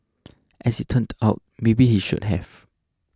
as it turned out maybe he should have